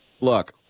Look